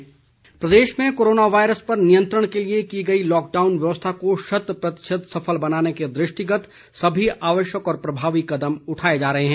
toll free number प्रदेश में corona virus पर नियंत्रण के लिए की गई लॉकडाउन व्यवस्था को शत प्रतिशत सफल बनाने के दृष्टिगत सभी आवश्यक व प्रभावी कदम उठाए जा रहे हैं